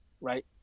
right